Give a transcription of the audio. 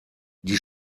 die